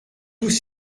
tous